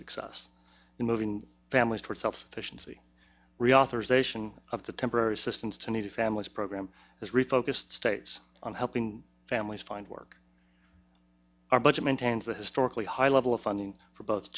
success in moving families toward self sufficiency reauthorization of the temporary assistance to needy families program has refocused states on helping families find work our budget maintains a historically high level of funding for both